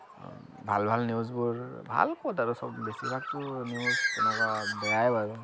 ভাল ভাল নিউজবোৰ ভাল ক'ত আৰু চব বেছিভাগতো নিউজ এনেকুৱা বেয়াই বাৰু